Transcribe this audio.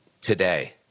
today